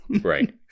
Right